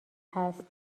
هست